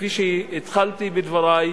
כפי שהתחלתי בדברי,